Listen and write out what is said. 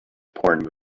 porn